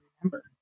remember